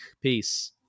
Peace